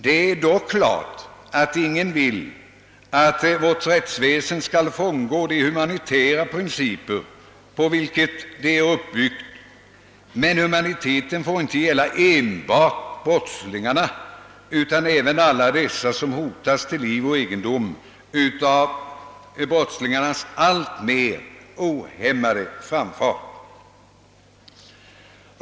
Det är klart att ingen vill att vårt rättsväsende skall frångå de humanitära principer på vilka det är uppbyggt, men humaniteten bör gälla inte enbart brottslingarna utan även alla dessa som hotas till liv och egendom av brottslingarnas alltmer ohämmade framfart.